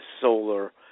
solar